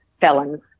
felons